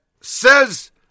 says